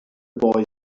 boy